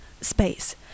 space